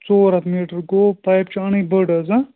ژور ہَتھ میٖٹر گوٚو پایپ چھِ اَنٕنۍ بٔڈ حظ